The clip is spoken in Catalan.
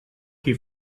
qui